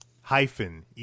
hyphen